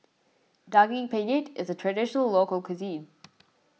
Daging Penyet is a Traditional Local Cuisine